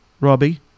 Robbie